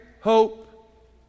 hope